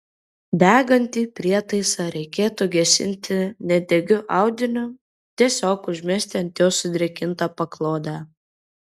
degantį prietaisą reikėtų gesinti nedegiu audiniu tiesiog užmesti ant jo sudrėkintą paklodę